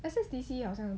S_S_D_C 好像